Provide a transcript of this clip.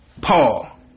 Paul